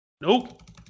Nope